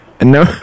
No